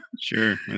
Sure